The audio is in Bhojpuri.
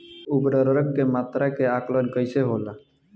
उर्वरक के मात्रा के आंकलन कईसे होला?